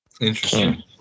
Interesting